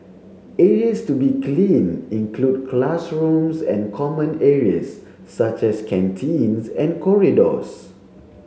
areas to be cleaned include classrooms and common areas such as canteens and corridors